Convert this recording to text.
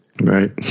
Right